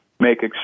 make